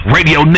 Radio